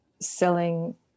selling